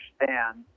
understand